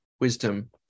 wisdom